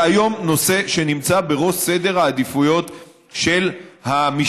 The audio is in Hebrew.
זה נושא שנמצא היום בראש סדר העדיפויות של המשטרה.